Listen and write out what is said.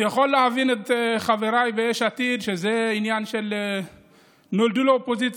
אני יכול להבין את חבריי ביש עתיד שזה עניין של "נולדו לאופוזיציה",